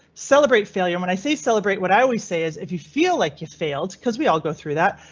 celebrate failure. when i say celebrate what i always say is if you feel like you failed cause we all go through that.